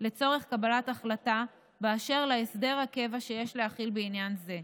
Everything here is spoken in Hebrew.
לצורך קבלת החלטה באשר להסדר הקבע שיש להחיל בעניין זה.